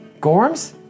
Gorms